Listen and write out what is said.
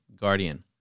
Guardian